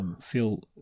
Feel